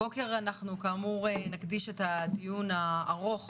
הבוקר אנחנו כאמור נקדיש את הדיון הארוך